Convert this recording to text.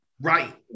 Right